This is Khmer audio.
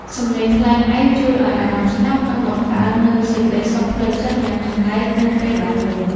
សំឡេងខ្លែងឯកជួយឱ្យអារម្មណ៍ស្ងប់ និងបង្កើននូវសេចក្ដីសុខផ្លូវចិត្តយ៉ាងចម្លែកនៅពេលបានឮ។